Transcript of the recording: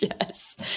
Yes